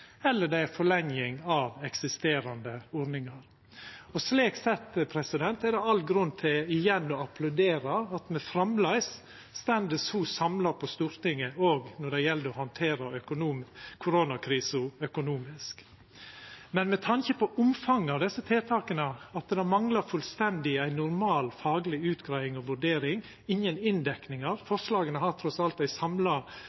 eller det er ei forlenging av eksisterande ordningar. Slik sett er det all grunn til igjen å applaudera at me framleis står så samla på Stortinget òg når det gjeld å handtera koronakrisa økonomisk. Men med tanke på omfanget av desse tiltaka, og at det manglar fullstendig ei normal fagleg utgreiing og vurdering